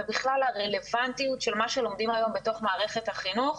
ובכלל הרלוונטיות של מה שלומדים היום בתוך מערכת החינוך